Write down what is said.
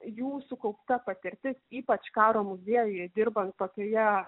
jų sukaupta patirtis ypač karo muziejuje dirbant tokioje